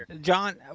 John